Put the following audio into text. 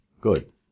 Good